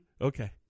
okay